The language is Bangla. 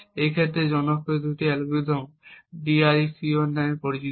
এই ক্ষেত্রে জনপ্রিয় দুটি অ্যালগরিদম DRECON নামে পরিচিত